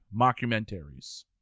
Mockumentaries